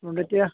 म्हूण त्या